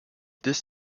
this